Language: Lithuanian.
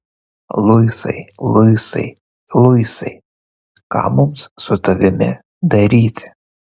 luisai luisai luisai ką mums su tavimi daryti